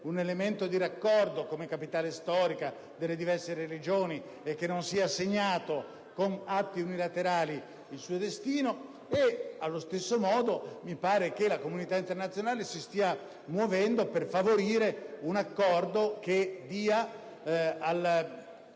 un elemento di raccordo come capitale storica delle diverse religioni e sul fatto che il suo destino non sia segnato con atti unilaterali. Allo stesso modo, mi pare che la comunità internazionale si stia muovendo per favorire un accordo che dia ai